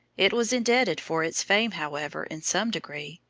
it was indebted for its fame, however, in some degree,